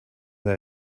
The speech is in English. they